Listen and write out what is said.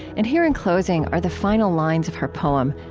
and here, in closing, are the final lines of her poem,